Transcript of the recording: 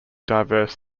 diverse